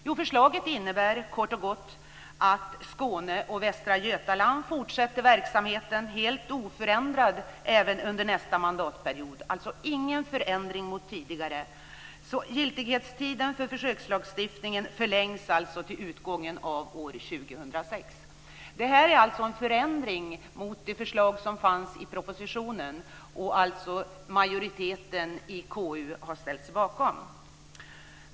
Jo, förslaget innebär kort och gott att Skåne och Västra Götaland fortsätter verksamheten helt oförändrad även under nästa mandatperiod - alltså ingen förändring mot tidigare. Giltighetstiden för försökslagstiftningen förlängs alltså till utgången av år 2006. Det här är alltså en förändring mot det förslag som fanns i propositionen och som majoriteten i KU har ställt sig bakom.